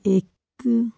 ਇੱਕ